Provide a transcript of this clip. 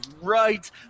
right